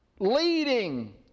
leading